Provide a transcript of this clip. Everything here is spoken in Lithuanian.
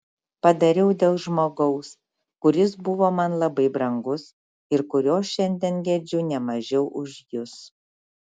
padariau dėl žmogaus kuris buvo man labai brangus ir kurio šiandien gedžiu ne mažiau už jus